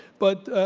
but